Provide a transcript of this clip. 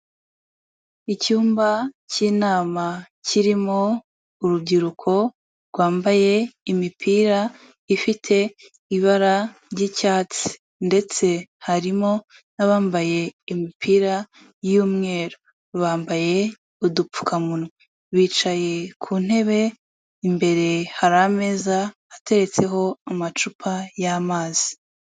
Icyumba cy'inama kirimo urubyiruko rwambaye imipira ifite ibara ry'icyatsi ndetse harimo n'abambaye imipira y'umweru, bambaye udupfukamunwa bicaye ku ntebe, imbere hari ameza ateretseho amacupa y'amazi.